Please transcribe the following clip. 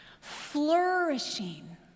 flourishing